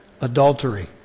Adultery